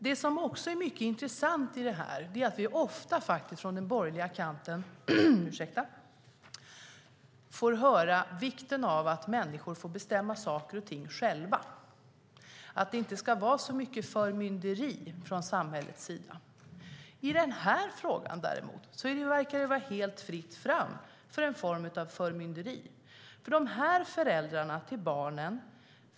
Det som också är mycket intressant i det här är att vi ofta från den borgerliga kanten får höra om vikten av att människor får bestämma saker och ting själva och att det inte ska vara så mycket förmynderi från samhällets sida. I den här frågan däremot verkar det vara helt fritt fram för en form av förmynderi.